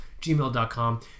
gmail.com